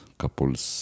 couples